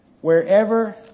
wherever